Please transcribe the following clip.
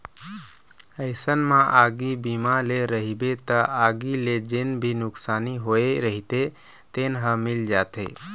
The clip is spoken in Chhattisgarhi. अइसन म आगी बीमा ले रहिबे त आगी ले जेन भी नुकसानी होय रहिथे तेन ह मिल जाथे